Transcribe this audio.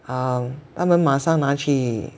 um 他们马上拿去